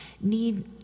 Need